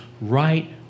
right